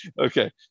Okay